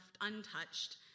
untouched